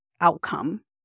outcome